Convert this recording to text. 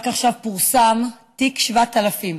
רק עכשיו פורסם תיק 7000,